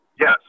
Yes